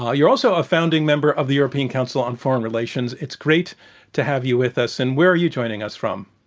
yeah you're also a founding member of the european council on foreign relations. it's great to have you with us. and where are you joining us from?